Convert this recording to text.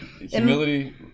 Humility